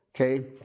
Okay